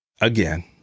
again